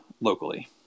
locally